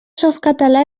softcatalà